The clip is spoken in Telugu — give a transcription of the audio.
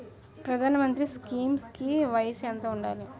ప్రధాన మంత్రి స్కీమ్స్ కి వయసు ఎంత ఉండాలి?